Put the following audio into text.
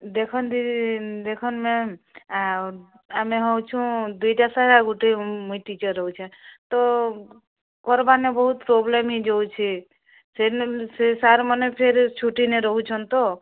ଦେଖନ୍ ଦିଦି ଦେଖନ୍ ମ୍ୟାଡ଼ାମ୍ ଆଉ ଆମେ ହେଉଛୁଁ ଦୁଇଟା ସାର୍ ଆଉ ଗୁଟେ ମୁଇଁ ଟିଚର୍ ରହୁଛେଁ ତ କରବାନେ ବହୁତ୍ ପ୍ରୋବ୍ଲେମ୍ ହେଇ ଯାଉଛେ ସେ ସେ ସାର୍ମାନେ ଫେରେ ଛୁଟି ନେଇଁ ରହୁଛନ୍ ତ